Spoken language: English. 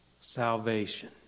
Salvation